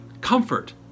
comfort